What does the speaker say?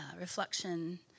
reflection